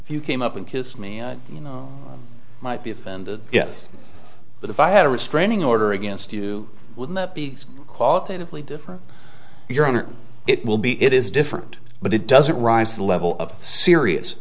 if you came up and kissed me you know might be offended yes but if i had a restraining order against to be qualitatively different your honor it will be it is different but it doesn't rise to the level of serious